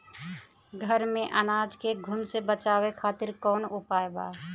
घर में अनाज के घुन से बचावे खातिर कवन उपाय बा?